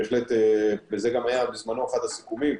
וזה גם היה בזמנו אחד הסיכומים,